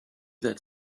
that